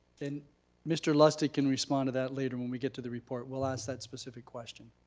and mr. lustig can respond to that later when we get to the report. we'll ask that specific question.